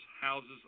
houses